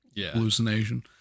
hallucination